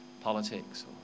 Politics